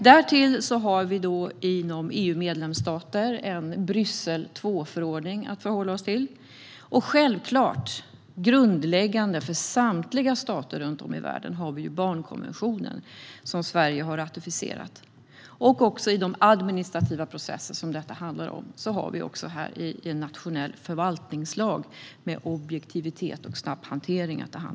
Därtill har vi EU-medlemsstater en Bryssel II-förordning att förhålla oss till. Grundläggande för samtliga stater runt om i världen är barnkonventionen, som Sverige också har ratificerat. I de administrativa processer som det handlar om här har vi dessutom en nationell förvaltningslag med objektivitet och snabb hantering att beakta.